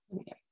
Okay